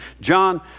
John